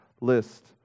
list